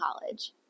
college